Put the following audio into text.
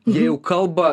jie jau kalba